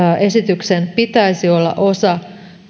esityksen pitäisi olla osa